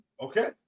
Okay